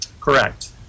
Correct